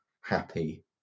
happy